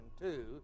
two